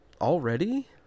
Already